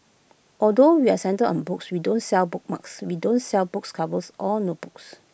although we're centred on books we don't sell bookmarks we don't sell books covers or notebooks